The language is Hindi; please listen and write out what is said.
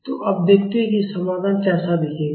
तो अब देखते हैं कि समाधान कैसा दिखेगा